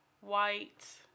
white